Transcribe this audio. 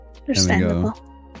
Understandable